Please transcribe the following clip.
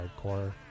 hardcore